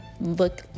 look